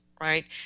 right